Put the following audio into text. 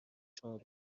شما